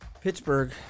Pittsburgh